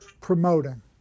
promoting